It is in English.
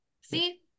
See